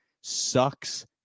sucks